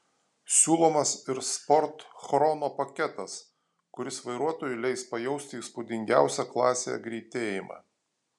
siūlomas ir sport chrono paketas kuris vairuotojui leis pajausti įspūdingiausią klasėje greitėjimą